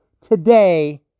today